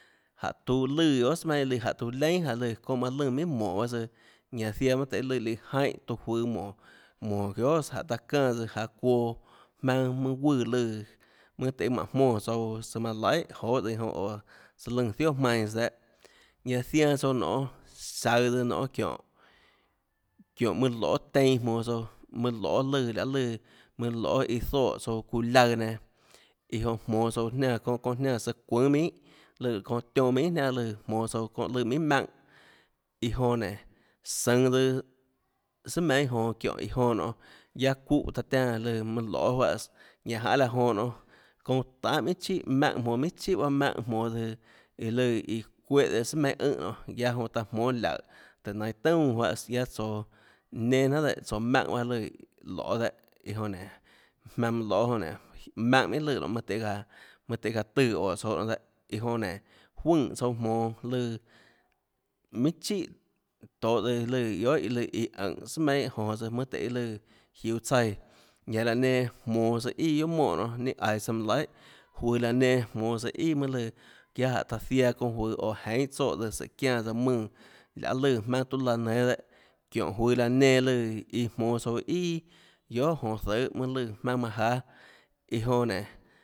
Jánhå tuã lùã guiohà sùà meinhâ lùã jánhå tuã leínà jánhå tiuã leinâ jaå lùã çounã lùnã minhà mónå bahâ tsøã ñanã ziaã mønâ tøhê lùã líã jaínhã tuã juøå mónå mónå guiohàs jánhå tiuã çánã çuoã jmaønâ møn guùã lùãmønâ tøhê mánhå jmónã tsouã tsøã manã laihà joê tsøã jonã oå søã lùã zioà jmainãs dehâ ñanã zianâ tsouã nonê saøåtsøãnonê çiónhå mønã loê teinã jmonå tsouã mønã loê lùã lùãmønã loê iã zoè tsouã çuuã laøã nenã iã jonã jmonå tsouã jiánã çounã çounã jniánã søã çuùnâ minhà lùã çounã tionã minhà lùã jmonå tsouã çóhã lùã minhà maùnhãiã jonã nénå sønå tsøã sùà meinhâ jonå çiónhå iã jonã nonê guiaâ çúhã taã tiánã lùã mønã loê juáhãs ñanã janê laã jonã nonê çounã tanê minhà çounã maùnhã minhà chíhàbaâ maùnhã jmonå tsøã iã lùã iã çuéhã sùà meinhâ nonê guiaâ jonã taã jmónâ laùhå tùhå nainhå tunàs juáhã guiaâ tsoå nenâ jnanhà dehâ maùnhã baâ lùã loê dehâ iã jonã nénå jmaønã mønã loê jonã nénå maùnhã minhà lùã nonê mønâ tøhê gaâ mønâ tøhê gaã tùã óå tsouã nonê dehâ iã jonã nénå juøè tsouã jmonå lùã minhà chíhà tohå tsøã lùã guiohà iã lùã iã ùnhå sùà meinhâ jonå tsøã lùã mønâ tøhê lùã jiuå tsaíã ñanå laã nenã jmonå tsøã ià guiohà monê nonê ninâ aiå tsøã manã laihà juøå laã nenã jmonå tsøã ià mønâ lùã guiaâ jánhå taã ziaã çounã juøå oå jeinhâ tsoè tsøã sùå çiánã tsøã mùnã laê lùã jmaønâ tuâ laã nénâ dehâ çiónhå juøå aã nenã lùã iã jmonå tsouã ià guiohà jonå zøê mønâ lùã jmaønâ manã jáâ iã jonã nénå